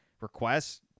requests